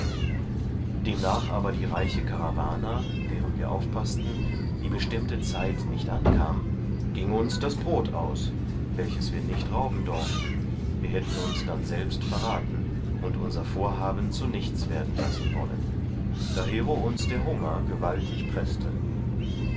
demnach aber die reiche caravana deren wir aufpaßten die bestimmte zeit nicht ankam gieng uns das brod auf welches wir nicht rauben dorften wir hätten uns dann selbst verraten und unser vorhaben zu nichts werden lassen wollen dahero uns der hunger gewaltig preßte